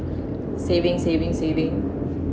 saving saving saving